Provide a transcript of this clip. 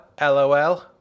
LOL